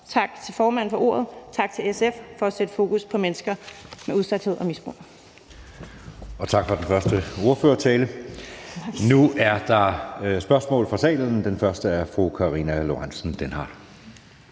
Tak til formanden for ordet, og tak til SF for at sætte fokus på mennesker med udsathed og misbrug. Kl. 20:25 Anden næstformand (Jeppe Søe): Tak for den første ordførertale. Nu er der spørgsmål fra salen, og det første er fra fru Karina Lorentzen Dehnhardt.